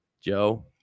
Joe